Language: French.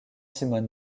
simon